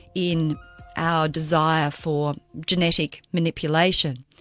in our desire for genetic manipulation.